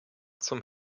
zum